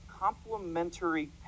complementary